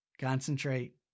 Concentrate